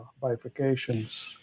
bifurcations